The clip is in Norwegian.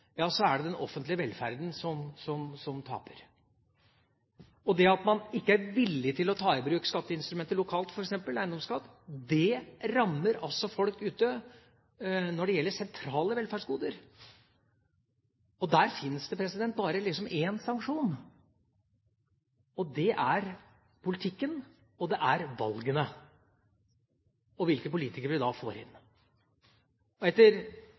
er det den offentlige velferden som taper. Det at man ikke er villig til å ta i bruk skatteinstrumenter lokalt, f.eks. eiendomsskatt, rammer altså folk ute når det gjelder sentrale velferdsgoder, og der fins det bare én sanksjon. Det er politikken, valgene, og hvilke politikere vi da får inn. Etter min oppfatning – og